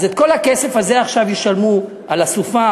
אז את כל הכסף הזה ישלמו עכשיו על הסופה,